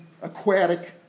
aquatic